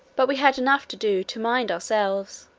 but we had enough to do to mind ourselves